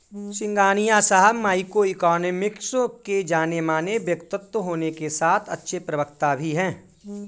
सिंघानिया साहब microeconomics के जानेमाने व्यक्तित्व होने के साथ अच्छे प्रवक्ता भी है